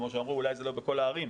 וכמו שאמרו אולי זה לא בכלל הערים,